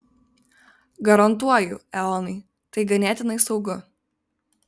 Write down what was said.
garantuoju eonai tai ganėtinai saugu